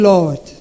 Lord